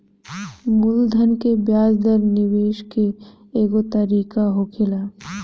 मूलधन के ब्याज दर निवेश के एगो तरीका होखेला